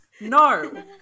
No